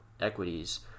equities